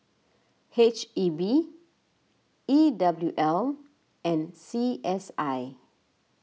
H E B E W L and C S I